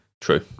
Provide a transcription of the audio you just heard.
True